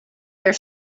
their